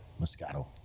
Moscato